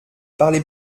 parlez